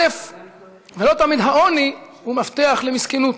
ולא תמיד העוני הוא מפתח למסכנות.